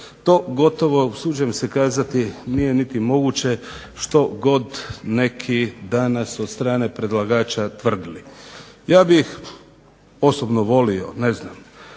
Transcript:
To gotovo, usuđujem se kazati, nije niti moguće, što god neki danas od strane predlagača tvrdili. Ja bih osobno volio da